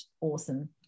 awesome